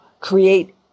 create